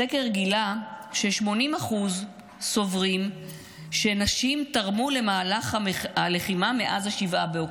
הסקר גילה ש-80% סוברים שנשים תרמו למהלך הלחימה מאז 7 באוקטובר.